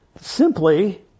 Simply